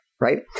right